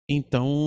Então